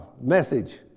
message